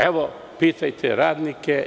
Evo, pitajte radnike.